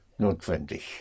Notwendig